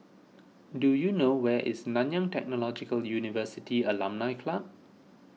do you know where is Nanyang Technological University Alumni Club